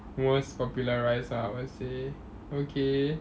most popularise [one] I would say okay